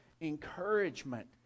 encouragement